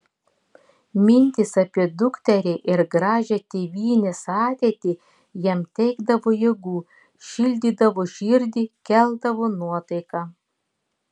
mintys apie dukterį ir gražią tėvynės ateitį jam teikdavo jėgų šildydavo širdį keldavo nuotaiką